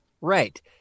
Right